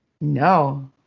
No